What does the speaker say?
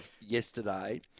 Yesterday